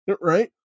Right